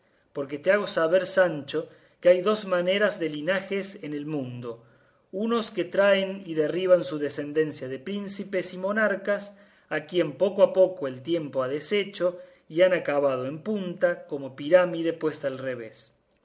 porque te hago saber sancho que hay dos maneras de linajes en el mundo unos que traen y derriban su decendencia de príncipes y monarcas a quien poco a poco el tiempo ha deshecho y han acabado en punta como pirámide puesta al revés